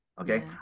Okay